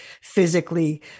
physically